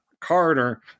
Carter